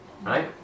Right